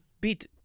beat